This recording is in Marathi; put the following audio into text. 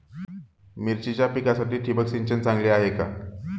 मिरचीच्या पिकासाठी ठिबक सिंचन चांगले आहे का?